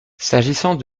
s’agissant